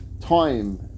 time